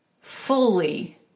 fully